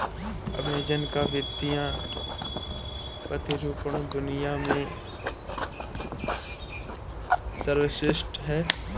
Amazon का वित्तीय प्रतिरूपण दुनिया में सर्वश्रेष्ठ है